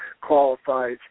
qualifies